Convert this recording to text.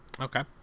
Okay